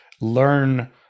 learn